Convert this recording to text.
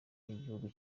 n’igihugu